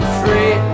free